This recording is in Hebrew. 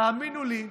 תאמינו לי,